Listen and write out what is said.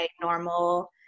normal